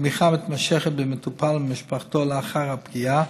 תמיכה מתמשכת במטופל ובמשפחתו לאחר הפגיעה,